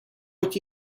with